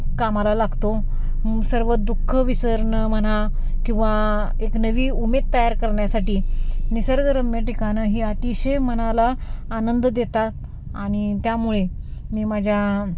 कामाला लागतो सर्व दुःख विसरणं म्हणा किंवा एक नवी उमेद तयार करण्यासाठी निसर्गरम्य ठिकाणं ही अतिशय मनाला आनंद देतात आणि त्यामुळे मी माझ्या